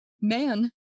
Man